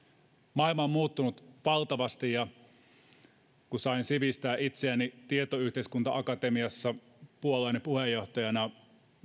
maailma on muuttunut valtavasti kun sain sivistää itseäni tietoyhteiskunta akatemiassa puolueeni puheenjohtajana